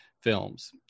films